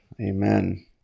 Amen